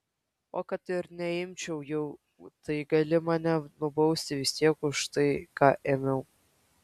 o kad ir neimčiau jau tai gali mane nubausti vis tiek už tai ką ėmiau